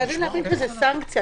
אנחנו חייבים להבין שזו סנקציה.